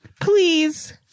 please